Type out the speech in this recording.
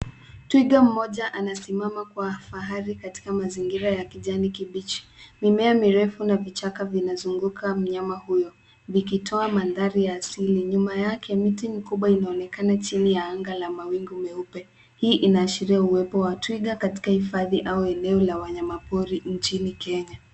Twiga mmoja anasimama kwa fahari katika mazingira ya kijani kibichi. Mimea mirefu na vichaka vinazungukwa mnyama huyu, vikitoa mandhari ya asili, nyuma yake miti mikubwa inaonekana chini ya anga la mawingu meupe. Hii inashiria uwepo wa twiga katika hifadhi au eneo la wanyama pori nchini Kenya.